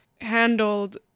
handled